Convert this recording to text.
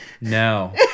No